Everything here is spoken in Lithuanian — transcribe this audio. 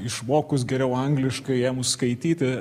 išmokus geriau angliškai ėmus skaityti